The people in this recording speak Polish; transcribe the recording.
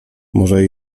może